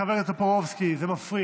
חבר הכנסת טופורובסקי, זה מפריע.